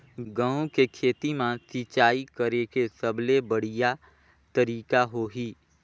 गंहू के खेती मां सिंचाई करेके सबले बढ़िया तरीका होही?